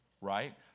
right